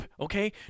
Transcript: okay